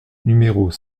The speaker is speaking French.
numéros